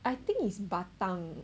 I think is batang